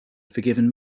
forgiven